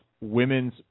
women's